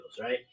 right